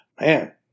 man